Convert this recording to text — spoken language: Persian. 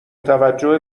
توجه